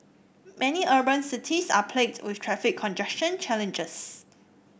many urban cities are plagued with traffic congestion challenges